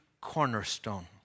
cornerstone